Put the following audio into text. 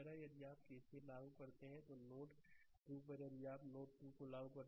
यदि आप केसीएल लागू करते हैं तो नोडnode 2 पर यदि आप नोड 2 को लागू करते हैं